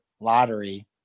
lottery